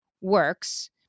works